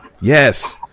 yes